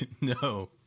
no